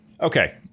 Okay